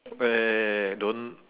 eh don't